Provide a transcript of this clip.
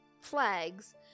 flags